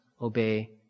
obey